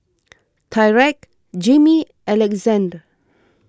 Tyrek Jimmy and Alexandr